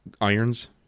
irons